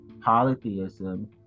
polytheism